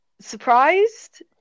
surprised